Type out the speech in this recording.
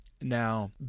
Now